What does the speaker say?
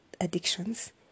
addictions